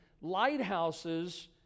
Lighthouses